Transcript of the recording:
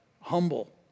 humble